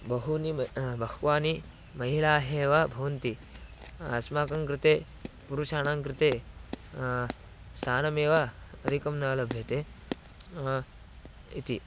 बहूनि म बह्व्यः महिलाः एव भवन्ति अस्माकं कृते पुरुषाणां कृते स्थानमेव अधिकं न लभ्यते इति